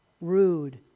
rude